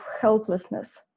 helplessness